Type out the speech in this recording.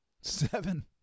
Seven